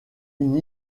une